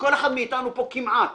וכל אחד מאיתנו פה כמעט